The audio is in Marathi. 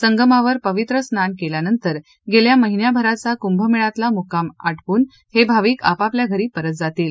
संगमावर पवित्र स्नान केल्यानंतर गेल्या महिनाभराचा कुंभमेळ्यातला मुक्काम संपवून हे भाविक आपापल्या घरी परत जातील